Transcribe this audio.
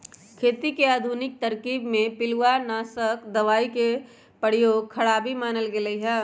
खेती के आधुनिक तरकिब में पिलुआनाशक दबाई के प्रयोग खराबी मानल गेलइ ह